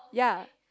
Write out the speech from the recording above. yea